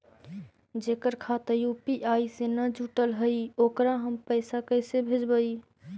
जेकर खाता यु.पी.आई से न जुटल हइ ओकरा हम पैसा कैसे भेजबइ?